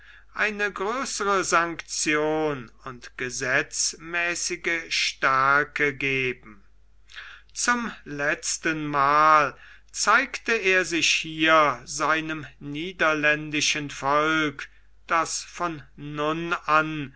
eine größere sanktion und gesetzmäßige stärke geben zum letzten mal zeigte er sich hier seinem niederländischen volk das von nun an